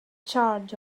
charge